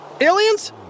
Aliens